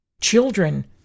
Children